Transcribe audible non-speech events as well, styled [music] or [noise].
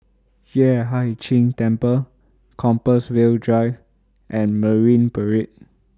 Yueh Hai Ching Temple Compassvale Drive and Marine Parade [noise]